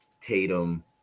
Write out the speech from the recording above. Tatum